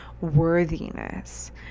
worthiness